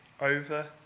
over